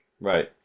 Right